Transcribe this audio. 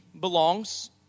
belongs